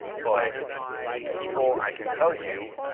but people, i can tell you,